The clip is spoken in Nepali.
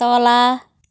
तल